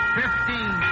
fifteen